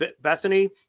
Bethany